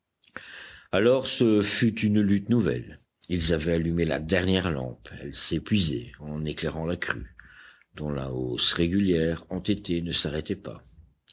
alors ce fut une lutte nouvelle ils avaient allumé la dernière lampe elle s'épuisait en éclairant la crue dont la hausse régulière entêtée ne s'arrêtait pas